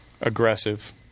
aggressive